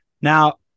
now